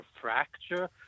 fracture